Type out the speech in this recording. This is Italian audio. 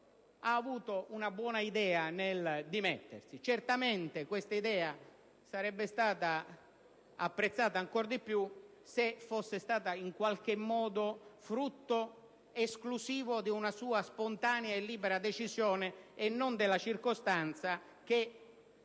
ha avuto una buona idea nel dimettersi. Certamente questa idea sarebbe stata apprezzata ancor di più se fosse stata in qualche modo frutto esclusivo di una sua spontanea e libera decisione e non della circostanza che